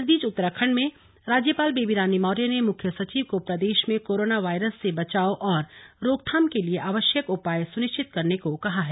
इस बीच उत्तराखण्ड में राज्यपाल बेबी रानी मौर्य ने मुख्य सचिव को प्रदेश में कोरोना वायरस से बचाव और रोकथाम के लिए आवश्यक उपाय सुनिश्चित करने को कहा है